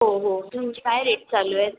हो हो तुमचे काय रेट चालू आहेत